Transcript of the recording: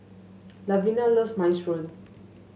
Lavina loves Minestrone